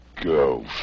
Go